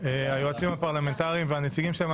היועצים הפרלמנטריים והנציגים שלהם,